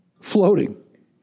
floating